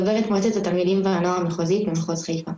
דוברת מועצת התלמידים והנוער המחוזית במחוז חיפה.